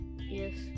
yes